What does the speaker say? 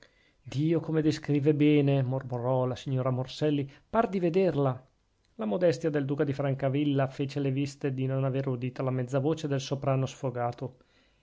dio come descrive bene mormorò la signora morselli par di vederla la modestia del duca di francavilla fece le viste di non aver udita la mezza voce del soprano sfogato